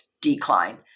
decline